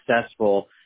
successful